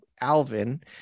Alvin